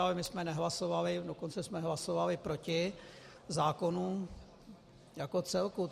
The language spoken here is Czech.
Ale my jsme nehlasovali, dokonce jsme hlasovali proti zákonu jako celku.